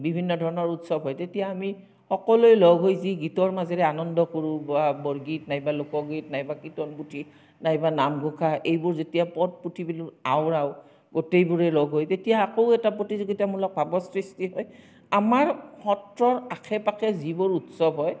বিভিন্ন ধৰণৰ উৎসৱ হয় তেতিয়া আমি সকলোৱে লগ হৈ যি গীতৰ মাজেৰে আনন্দ কৰোঁ বা বৰগীত নাইবা লোকগীত নাইবা কীৰ্তন পুথি নাইবা নাম ঘোষা এইবোৰ যেতিয়া পদ পুথি বুলি আওৰাও গোটেইবোৰে লগ হৈ তেতিয়া আকৌ এটা প্ৰতিযোগিতামূলকভাৱৰ সৃষ্টি হয় আমাৰ সত্ৰৰ আশে পাশে যিবোৰ উৎসৱ হয়